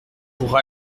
pour